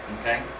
Okay